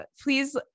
please